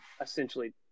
essentially